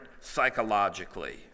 psychologically